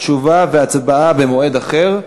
התשובה וההצבעה במועד אחר.